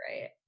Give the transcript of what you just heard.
right